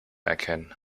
erkennen